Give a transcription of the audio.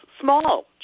small